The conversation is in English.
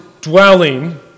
dwelling